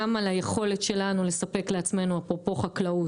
גם על היכולת שלנו לספק לעצמנו - אפרופו חקלאות